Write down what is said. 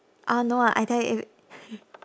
uh no ah I tell you if it